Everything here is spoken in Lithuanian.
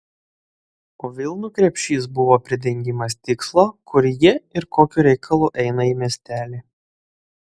o vilnų krepšys buvo pridengimas tikslo kur ji ir kokiu reikalu eina į miestelį